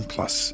Plus